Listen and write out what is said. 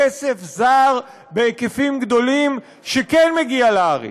כסף זר בהיקפים גדולים שכן מגיע לארץ,